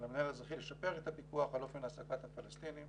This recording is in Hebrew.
על המינהל האזרחי לשפר את הפיקוח על אופן העסקת הפלסטינים